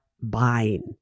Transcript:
buying